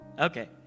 Okay